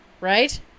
right